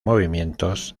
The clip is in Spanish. movimientos